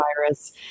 virus